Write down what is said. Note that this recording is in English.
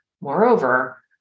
Moreover